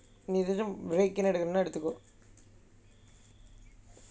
நீ வேனும்:ni vennum lah எடுத்துக்கோ:eduthukko